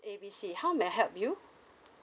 A B C how may I help you